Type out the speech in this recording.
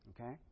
okay